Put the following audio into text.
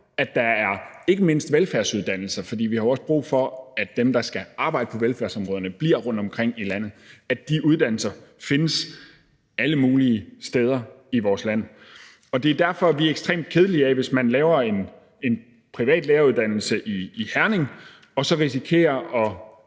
at der ikke mindst er velfærdsuddannelser. For vi har jo også brug for, at dem, der skal arbejde på velfærdsområderne, bliver rundtomkring i landet, og at de uddannelser findes alle mulige steder i vores land. Det er derfor, vi bliver ekstremt kede af det, hvis man laver en privat læreruddannelse i Herning og så risikerer at